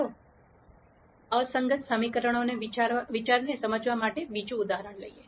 ચાલો અસંગત સમીકરણોના વિચારને સમજાવવા માટે બીજું ઉદાહરણ લઈએ